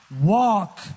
walk